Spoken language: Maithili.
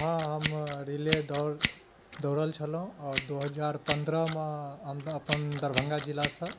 हँ हम रिले दौड़ दौड़ल छलहुॅं आओर दू हजार पन्द्रहमे अपन दरभंगा जिला सँ